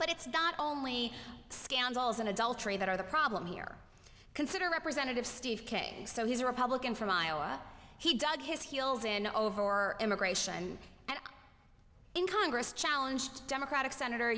but it's not only scandals and adultery that are the problem here consider representative steve king so he's a republican from iowa he dug his heels in over immigration and in congress challenged democratic senator